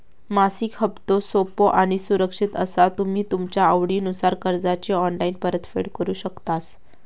मासिक हप्तो सोपो आणि सुरक्षित असा तुम्ही तुमच्या आवडीनुसार कर्जाची ऑनलाईन परतफेड करु शकतास